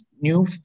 new